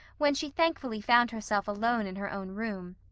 when she thankfully found herself alone in her own room.